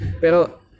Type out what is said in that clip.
Pero